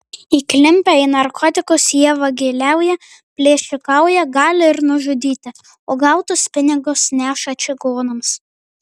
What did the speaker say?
įklimpę į narkotikus jie vagiliauja plėšikauja gali ir nužudyti o gautus pinigus neša čigonams